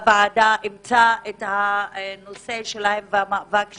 הועדה אימצה את הנושא שלהן והמאבק שלהן.